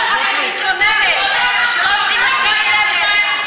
ואחר כך מתלוננת שלא עושים מספיק סדר.